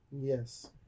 Yes